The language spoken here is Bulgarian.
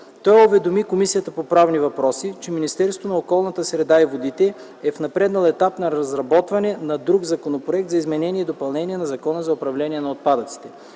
Той уведоми Комисията по правни въпроси, че Министерството на околната среда и водите е в напреднал етап на разработване на друг Законопроект за изменение и допълнение на Закона за управление на отпадъците.